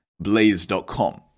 Blaze.com